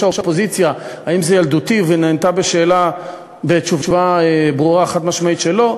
האופוזיציה האם זה ילדותי ונענה בתשובה ברורה חד-משמעית שלא,